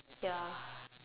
ya